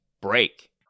break